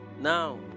Now